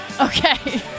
Okay